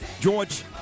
George